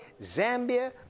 Zambia